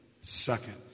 second